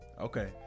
Okay